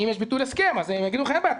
אם יש ביטול הסכם אז הם יגידו לך: אין בעיה,